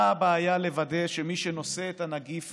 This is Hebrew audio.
מה הבעיה לוודא שמי שנושא את הנגיף